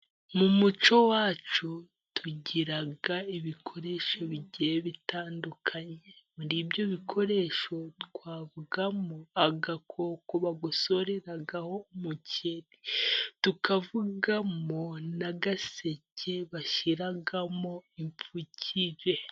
Mu muco wacu tugira ibikoresho bigiye bitandukanye, muri ibyo bikoresho twavugamo agakoko bagosoreraho umuceri ,tukavugamo n'agaseke bashyiramo ipfukire.